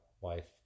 wife